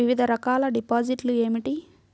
వివిధ రకాల డిపాజిట్లు ఏమిటీ?